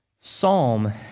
Psalm